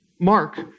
Mark